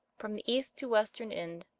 from the east to western ind,